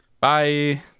Bye